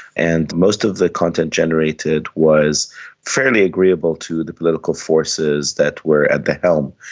and most of the content generated was fairly agreeable to the political forces that were at the helm.